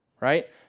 right